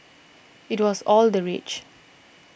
it was all the rage